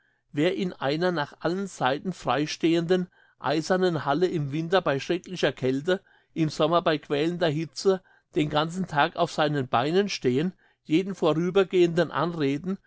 wer in einer nach allen seiten freistehenden eisernen halle im winter bei schrecklicher kälte im sommer bei quälender hitze den ganzen tag auf seinen beinen stehend jeden vorübergehenden anreden